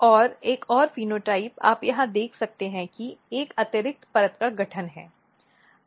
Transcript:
और एक फेनोटाइप आप यहां देख सकते हैं कि एक अतिरिक्त परत का गठन है